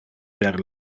per